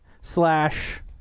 slash